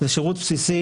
זה שירות בסיסי.